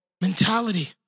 mentality